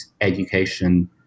education